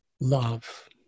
love